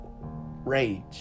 rage